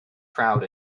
crowd